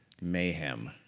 mayhem